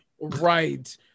Right